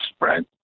right